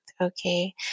okay